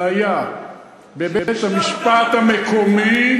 זה היה בבית-המשפט המקומי,